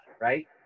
right